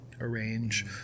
arrange